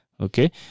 okay